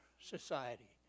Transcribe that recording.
society